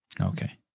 Okay